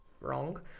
wrong